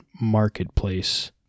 marketplace